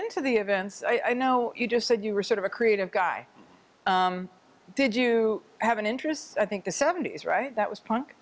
into the events i know you just said you were sort of a creative guy did you have an interest i think the seventy's right that was punk